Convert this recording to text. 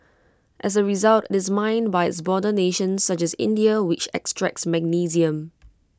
as A result this mined by its border nations such as India which extracts magnesium